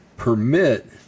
Permit